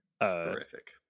Terrific